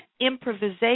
improvisation